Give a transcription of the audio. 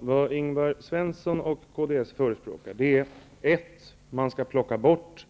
Fru talman! Det Ingvar Svensson och Kds förespråkar är först och främst att man skall plocka bort